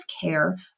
care